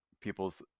people's